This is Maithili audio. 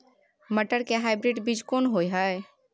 मटर के हाइब्रिड बीज कोन होय है?